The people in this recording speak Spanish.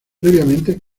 previamente